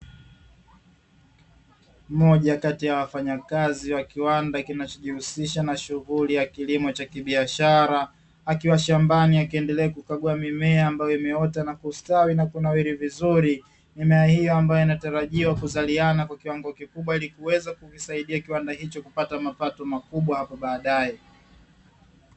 Moja kati ya wafanyakazi wa kiwanda kinachojihusisha shughuli ya kilimo cha kibiashara, akiwa shambani akiendelea kukagua mimea ambayo imeota na kustawi na kunawiri vizuri. Mimea hiyo ambayo inatarajiwa kuzaliana kwa kiwango kikubwa, ili kuweza kuvisaidia kiwanda hicho kupata mapato makubwa hapo baadaye.